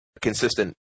consistent